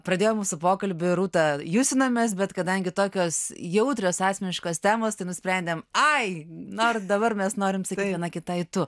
pradėjo mūsų pokalbiui rūta bet kadangi tokios jautrios asmeniškos temos tai nusprendėm ai na dabar mes norim sakyt viena kitai tu